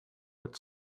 its